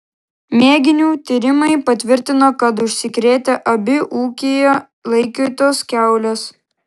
mėginių tyrimai patvirtino kad užsikrėtė abi ūkyje laikytos kiaulės